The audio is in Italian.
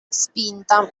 spinta